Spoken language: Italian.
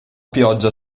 pioggia